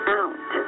out